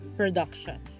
production